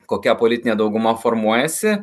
kokia politinė dauguma formuojasi